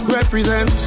Represent